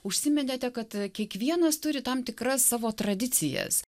užsiminėte kad kiekvienas turi tam tikras savo tradicijas